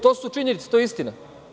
To su činjenice, to je istina.